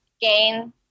gain